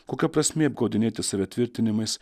kokia prasmė apgaudinėti save tvirtinimais